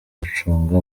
gucunga